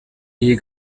iyi